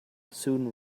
soon